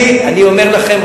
אני אומר לכם,